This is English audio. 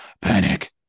panic